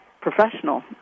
professional